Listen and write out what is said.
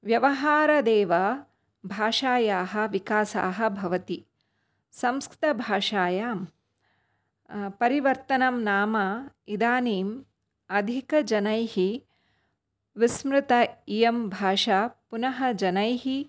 व्यवहारादेव भाषायाः विकासाः भवति संस्कृतभाषायां परिवर्तनं नाम इदानीम् अधिकजनैः विस्मृता इयं भाषा पुनः जनैः